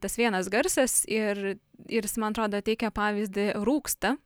tas vienas garsas ir ir jis man atrodo teikė pavyzdį rūksta